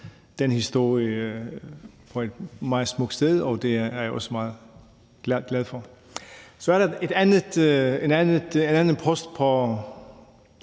den historie, på et meget smukt sted, og det er jeg også meget glad for. Så er der en anden post på